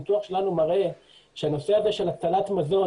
הניתוח שלנו מראה שהנושא הזה של הצלת מזון